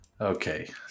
Okay